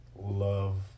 Love